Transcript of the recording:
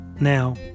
now